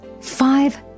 five